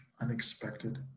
unexpected